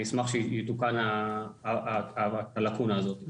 אני אשמח שתתוקן הלקונה הזאת.